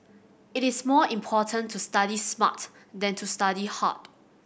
it is more important to study smart than to study hard